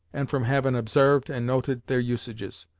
and from havin' obsarved and noted their usages.